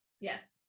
Yes